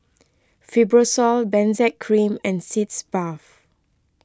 Fibrosol Benzac Cream and Sitz Bath